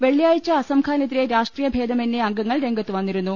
വെള്ളിയാഴ്ച അസംഖാനെതിരെ രാഷ്ട്രീയ ഭേദമന്യെ അംഗങ്ങൾ രംഗത്തുവന്നിരുന്നു